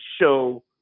show